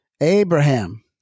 Abraham